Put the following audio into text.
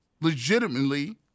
legitimately